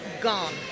gone